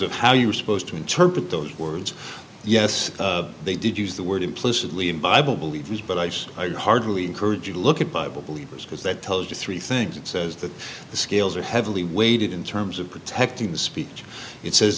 of how you're supposed to interpret those words yes they did use the word implicitly in bible believers but i just hardly encourage you to look at bible believers because that tells you three things it says that the scales are heavily weighted in terms of protecting the speech it says